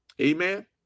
Amen